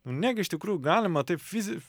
nu negi iš tikrųjų galima taip fizi